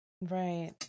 right